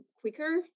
quicker